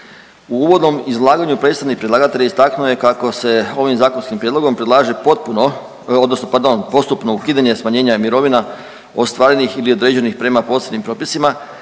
U uvodnom izlaganju predstavnik predlagatelja istaknuo je kako se ovim zakonskim prijedlogom predlaže potpuno odnosno pardon postupno ukidanje smanjenja mirovina ostvarenih ili određenih prema posebnim propisima